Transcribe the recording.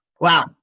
Wow